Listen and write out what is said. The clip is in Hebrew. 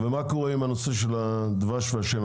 ומה קורה עם נושא הדבש והשמן?